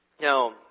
Now